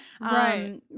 right